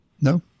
No